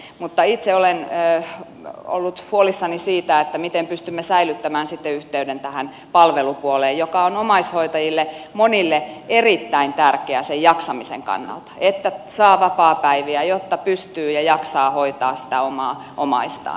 mutta itse olen ollut huolissani siitä miten pystymme säilyttämään sitten yhteyden tähän palvelupuoleen joka on monille omaishoitajille erittäin tärkeä sen jaksamisen kannalta että saa vapaapäiviä jotta pystyy ja jaksaa hoitaa sitä omaa omaistaan